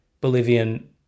Bolivian